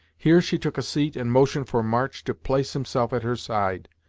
here she took a seat and motioned for march to place himself at her side.